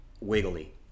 Wiggly